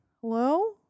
hello